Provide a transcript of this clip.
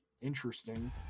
interesting